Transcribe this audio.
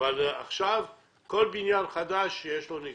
עכשיו כל בניין חדש, יש לו נגישות.